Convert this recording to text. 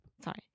sorry